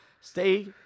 Stay